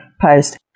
post